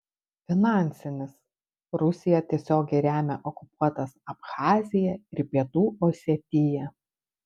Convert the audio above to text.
finansinis rusija tiesiogiai remia okupuotas abchaziją ir pietų osetiją